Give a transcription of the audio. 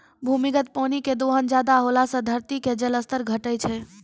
भूमिगत पानी के दोहन ज्यादा होला से धरती के जल स्तर घटै छै